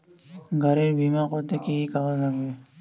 গাড়ীর বিমা করতে কি কি কাগজ লাগে?